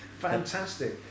Fantastic